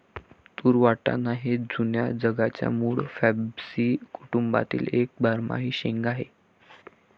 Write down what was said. तूर वाटाणा हे जुन्या जगाच्या मूळ फॅबॅसी कुटुंबातील एक बारमाही शेंगा आहे